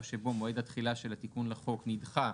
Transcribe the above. שבו מועד התחילה של התיקון לחוק נדחה,